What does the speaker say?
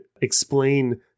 explain